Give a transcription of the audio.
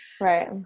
Right